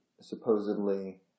supposedly